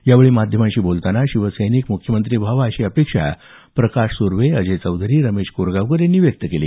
यावेळी माध्यमांशी बोलताना शिवसैनिक मुख्यमंत्री व्हावा अशी अपेक्षा प्रकाश सुर्वे अजय चौधरी रमेश कोरगावकर यांनी व्यक्त केली